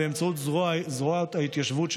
באמצעות זרועות ההתיישבות שלה,